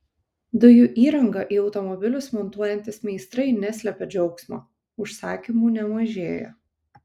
dujų įrangą į automobilius montuojantys meistrai neslepia džiaugsmo užsakymų nemažėja